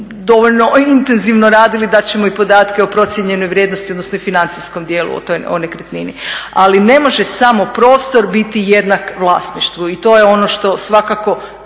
dovoljno intenzivno radili da ćemo i podatke o procijenjenoj vrijednosti odnosno o financijskom dijelu o nekretnini, ali ne može samo prostor biti jednak vlasništvu i to je ono što se svakako